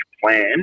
plan